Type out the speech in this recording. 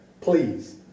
Please